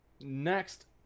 Next